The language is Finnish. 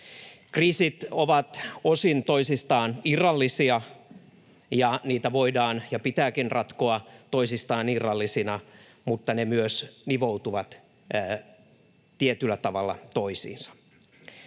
Kriisit ovat osin toisistaan irrallisia, ja niitä voidaan ja pitääkin ratkoa toisistaan irrallisina, mutta ne myös nivoutuvat tietyllä tavalla toisiinsa.